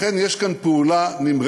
לכן, יש כאן פעולה נמרצת.